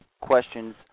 questions